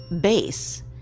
base